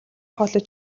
хоолой